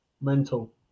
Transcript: Mental